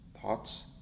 thoughts